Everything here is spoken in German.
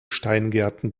steingärten